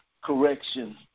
correction